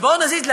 ובואו נזיז,